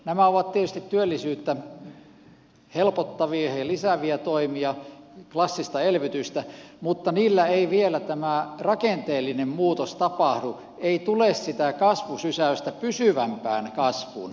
nämä ovat tietysti työllisyyttä helpottavia ja lisääviä toimia klassista elvytystä mutta niillä ei vielä tämä rakenteellinen muutos tapahdu ei tule sitä kasvusysäystä pysyvämpään kasvuun